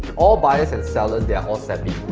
all buyers and sellers they're all savvy,